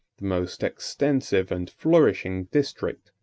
the most extensive and flourishing district,